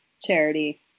charity